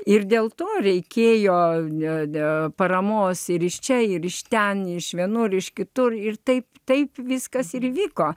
ir dėl to reikėjo ne dėl paramos ir iš čia ir iš ten iš vienur iš kitur ir taip taip viskas ir vyko